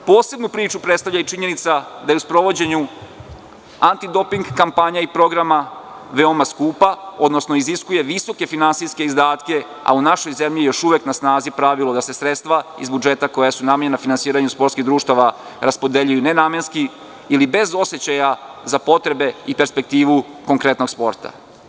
Posebnu priču predstavlja i činjenica da je u sprovođenja antidoping kampanja i programa veoma skupa, odnosno iziskuje visoke finansijske izdatke, a u našoj zemlji je još uvek na snazi pravilo da se sredstava iz budžeta koja su namenjena finansiranju sportskih društava raspodeljuju ne namenski ili bez osećaja za potrebe i perspektivu konkretnog sporta.